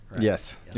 yes